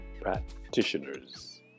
practitioners